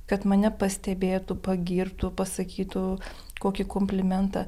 kad mane pastebėtų pagirtų pasakytų kokį komplimentą